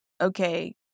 okay